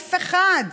סעיף אחד,